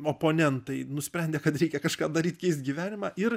oponentai nusprendė kad reikia kažką daryt keist gyvenimą ir